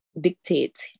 dictate